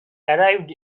arrived